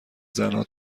زنها